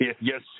Yes